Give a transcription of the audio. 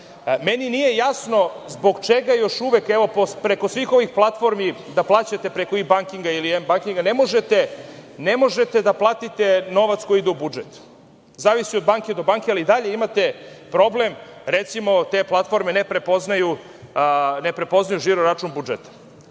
Meni nije jasno zbog čega još uvek preko svih ovih platformi, da plaćate preko e-bankinga, ne možete da platite novac koji ide u budžet, zavisi od banke do banke, ali i dalje imate problem. Recimo, te platforme ne prepoznaju žiro račun budžeta.